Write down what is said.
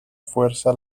fuerza